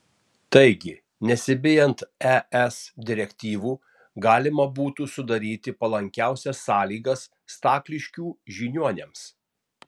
taigi nesibijant es direktyvų galima būtų sudaryti palankiausias sąlygas stakliškių žiniuoniams